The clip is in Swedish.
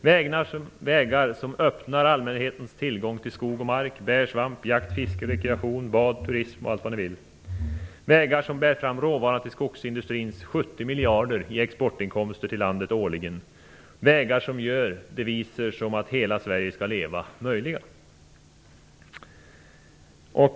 Det är vägar som öppnar allmänhetens tillgång till skog och mark, bär, svamp, jakt, fiske, rekreation, bad, turism och allt vad ni vill. Det är vägar som bär fram råvaran till skogsindustrins 70 miljarder årligen i exportinkomster till landet. Det är vägar som gör deviser som "Hela Sverige skall leva!" möjliga.